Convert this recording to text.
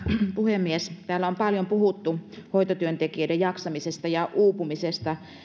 puhemies täällä on paljon puhuttu hoitotyöntekijöiden jaksamisesta ja uupumisesta